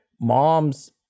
mom's